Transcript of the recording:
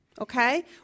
Okay